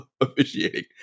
officiating